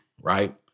right